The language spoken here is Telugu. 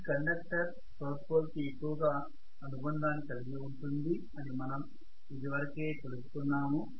ఈ కండక్టర్ సౌత్ పోల్ కి ఎక్కువ గా అనుబంధాన్ని కలిగి ఉంటుంది అని మనం ఇది వరకే తెలుసుకున్నాము